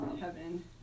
heaven